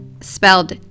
spelled